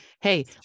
hey